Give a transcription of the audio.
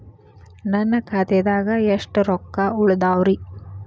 ನನ್ನ ಖಾತೆದಾಗ ಎಷ್ಟ ರೊಕ್ಕಾ ಉಳದಾವ್ರಿ?